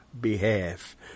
Behalf